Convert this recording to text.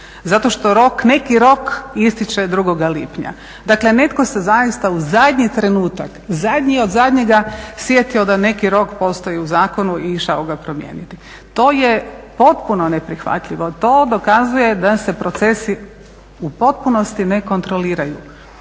zato što rok, neki rok ističe 2. lipnja, dakle netko se zaista u zadnji trenutak, zadnji od zadnjega sjetio da neki rok postoji u zakonu i išao ga promijeniti. To je potpuno neprihvatljivo. To dokazuje da se procesi u potpunosti ne kontroliraju.